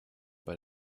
bei